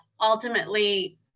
ultimately